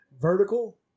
Vertical